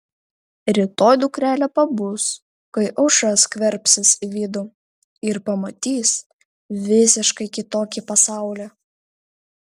rytoj dukrelė pabus kai aušra skverbsis į vidų ir pamatys visiškai kitokį pasaulį